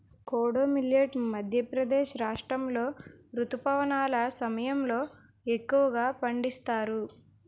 kodo millet Madhya Pradesh రాష్ట్రాములో రుతుపవనాల సమయంలో ఎక్కువగా పండిస్తారు